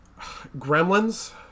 Gremlins